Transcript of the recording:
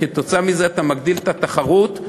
כתוצאה מזה אתה מגדיל את התחרות.